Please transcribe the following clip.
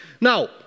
Now